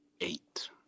Eight